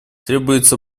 требуются